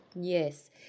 Yes